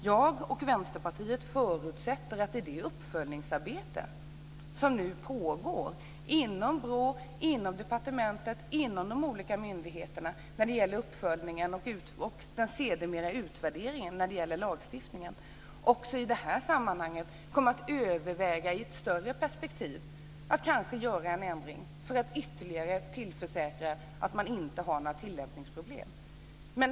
Jag och Vänsterpartiet förutsätter att man i det arbete som nu pågår inom BRÅ, departementet och de olika myndigheterna när det gäller uppföljningen, och sedermera utvärderingen, av lagstiftningen kommer att i ett större perspektiv överväga att göra en ändring för att ytterligare försäkra sig om att det inte uppstår några tillämpningsproblem.